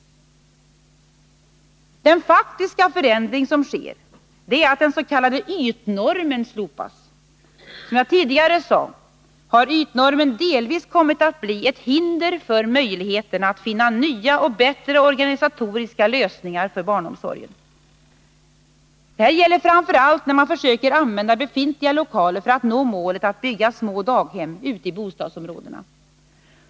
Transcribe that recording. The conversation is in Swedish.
Den faktiska förändring som sker är att den s.k. ytnormen slopas. Som jag tidigare sade har ytnormen delvis kommit att bli ett hinder för möjligheterna att finna nya och bättre organisatoriska lösningar för barnomsorgen. Detta gäller framför allt när man försöker använda befintliga lokaler för att nå målet att bygga små daghem ute i bostadsområdena.